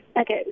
Okay